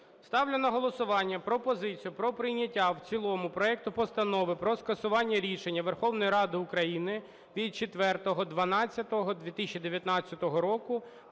Ставлю на голосування пропозицію про прийняття в цілому проекту Постанову про скасування рішення Верховної Ради України від 04.12.2019 року